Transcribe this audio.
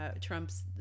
Trump's